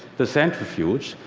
the centrifuge,